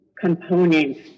components